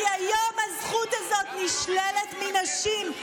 כי היום הזכות הזאת נשללת מנשים,